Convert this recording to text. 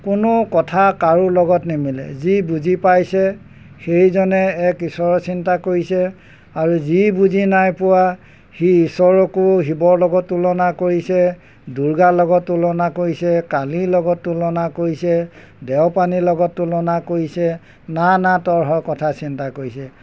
কোনো কথা কাৰো লগত নিমিলে যি বুজি পাইছে সেইজনে এক ঈশ্বৰ চিন্তা কৰিছে আৰু যি বুজি নাই পোৱা সি ঈশ্বৰকো শিৱৰ লগত তুলনা কৰিছে দুৰ্গাৰ লগত তুলনা কৰিছে কালিৰ লগত তুলনা কৰিছে দেওপানীৰ লগত তুলনা কৰিছে না না তৰহৰ কথা চিন্তা কৰিছে